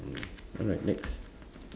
alright next